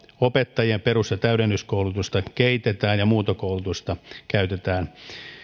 opettajien perus ja täydennyskoulutusta kehitetään ja muuntokoulutusta käytetään